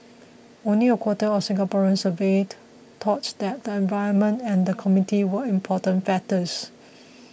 only a quarter of Singaporeans surveyed thought that the environment and the community were important factors